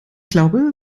glaube